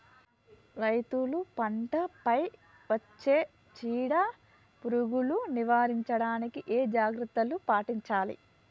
రైతులు పంట పై వచ్చే చీడ పురుగులు నివారించడానికి ఏ జాగ్రత్తలు పాటించాలి?